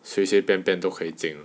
随随便便都可以进